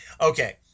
Okay